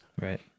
Right